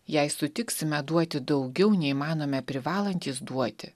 jei sutiksime duoti daugiau nei manome privalantys duoti